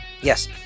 yes